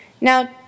Now